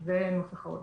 זה נוסח ההודעה.